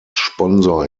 sponsor